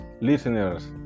listeners